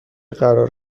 قرار